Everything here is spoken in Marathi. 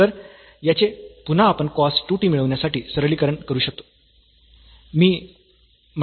तर याचे पुन्हा आपण cos 2 t मिळविण्यासाठी सरलीकरण करू शकतो